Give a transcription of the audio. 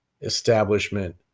establishment